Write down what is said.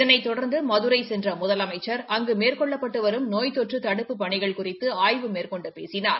இதனைத் தொடர்ந்து மதுரை சென்ற முதலமைச்ச் அங்கு மேற்கொள்ளப்பட்டு வரும் நோய் தொற்று தடுப்புப் பணிகள் குறித்து ஆய்வு மேற்கொண்டு பேசினார்